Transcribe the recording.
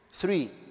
three